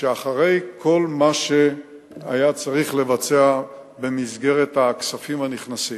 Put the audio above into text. שאחרי כל מה שהיה צריך לבצע במסגרת הכספים הנכנסים,